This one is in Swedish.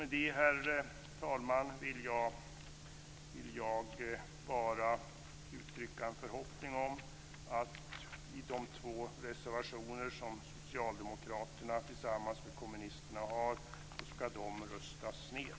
Med det, herr talman, vill jag bara uttrycka en förhoppning om att de två reservationer som socialdemokraterna har tillsammans med kommunisterna skall röstas ned.